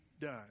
done